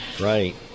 Right